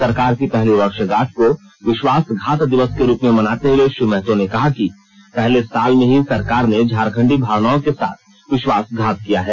सरकार की पहली वर्षगांठ को विश्वासघात दिवस के रूप में मनाते हुए श्री महतो ने कहा कि पहले साल में ही सरकार ने झारखंडी भावनाओं के साथ विश्वासघात किया है